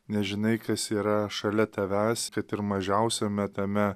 nežinai kas yra šalia tavęs kad ir mažiausiame tame